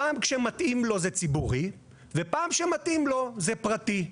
פעם כשמתאים לו זה ציבורי ופעם שמתאים לו זה פרטי.